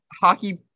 hockey